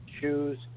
shoes